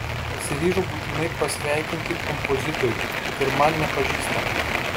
pasiryžau būtinai pasveikinti kompozitorių kad ir man nepažįstamą